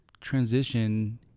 transition